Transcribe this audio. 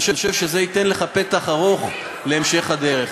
אני חושב שזה ייתן לך פתח ארוך להמשך הדרך.